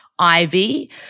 Ivy